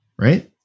right